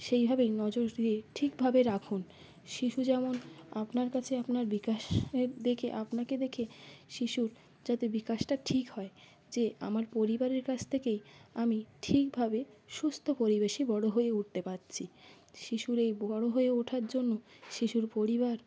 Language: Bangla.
সেইভাবেই নজর দিয়ে ঠিকভাবে রাখুন শিশু যেমন আপনার কাছে আপনার বিকাশ দেখে আপনাকে দেখে শিশুর যাতে বিকাশটা ঠিক হয় যে আমার পরিবারের কাছ থেকেই আমি ঠিকভাবে সুস্থ পরিবেশে বড়ো হয়ে উঠতে পারছি শিশুর এই বড়ো হয়ে ওঠার জন্য শিশুর পরিবার